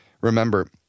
Remember